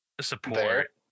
support